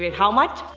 how much?